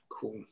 cool